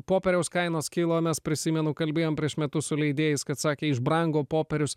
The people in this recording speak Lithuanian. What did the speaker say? popieriaus kainos kilo mes prisimenu kalbėjom prieš metus su leidėjais kad sakė išbrango popierius